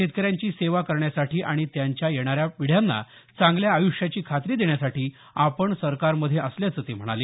शेतकऱ्यांची सेवा करण्यासाठी आणि त्यांच्या येणाऱ्या पिढ्यांना चांगल्या आयुष्याची खात्री देण्यासाठी आपण सरकारमध्ये असल्याचं ते म्हणाले